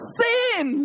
sin